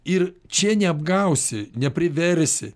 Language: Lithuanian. ir čia neapgausi nepriversi